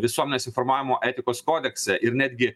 visuomenės informavimo etikos kodekse ir netgi